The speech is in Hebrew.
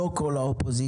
לא כל האופוזיציה.